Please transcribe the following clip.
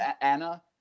Anna